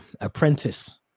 Apprentice